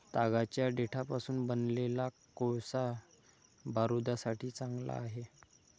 तागाच्या देठापासून बनवलेला कोळसा बारूदासाठी चांगला आहे